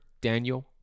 Daniel